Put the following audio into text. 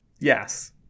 yes